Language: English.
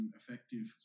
effective